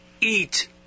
eat